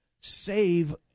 save